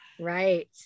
right